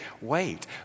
wait